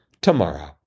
tomorrow